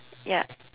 yup